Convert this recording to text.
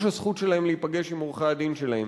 הזכות שלהם להיפגש עם עורכי-הדין שלהם.